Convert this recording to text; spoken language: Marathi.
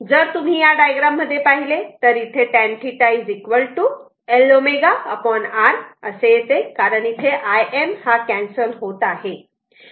जर तुम्ही या डायग्राम मध्ये पाहिले तर इथे tan θ L ω R कारण Im कॅन्सल होत आहे